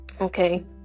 Okay